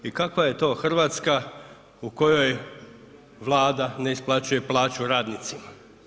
I kakva je to Hrvatska u kojoj Vlada ne isplaćuje plaću radnicima?